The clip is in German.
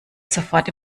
sofort